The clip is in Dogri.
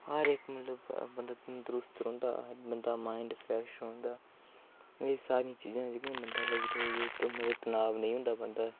हर इक मतलव बंदा तंदरूस्त रौंह्दा माईंड फ्रैश रौंह्दा एह् सारी चीज़ां मतलव कि तनाव नेईं होंदा बंदे गी